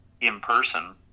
in-person